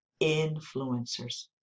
influencers